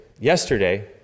Yesterday